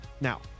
Now